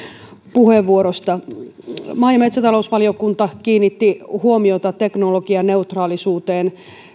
puheenvuorosta maa ja metsätalousvaliokunta kiinnitti huomiota teknologianeutraalisuuteen